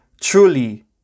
truly